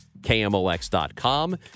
KMOX.com